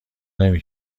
نمی